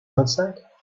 outside